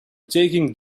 taking